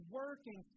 working